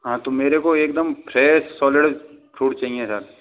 हाँ तो मेरे को एकदम फ्रेस सॉलिड फ़्रूट चाहिए सर